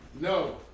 No